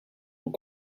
aux